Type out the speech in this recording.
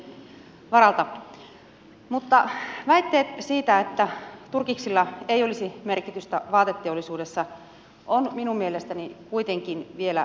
mutta väitteet siitä että turkiksilla ei olisi merkitystä vaateteollisuudessa ovat minun mielestäni kuitenkin vielä kaukaa haettuja